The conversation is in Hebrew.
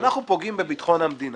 כשאנחנו פוגעים בביטחון המדינה,